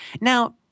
Now